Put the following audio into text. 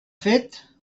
fet